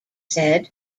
said